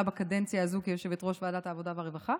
בקדנציה הזו כיושבת-ראש ועדת העבודה והרווחה.